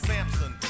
Samson